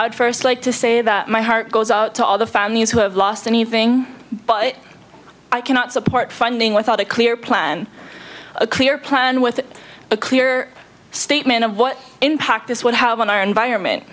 would first like to say that my heart goes out to all the families who have lost anything but i cannot support finding without a clear plan a clear plan with a clear statement of what impact this would have on our environment